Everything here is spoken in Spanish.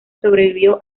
sobrevivió